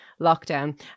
lockdown